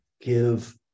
give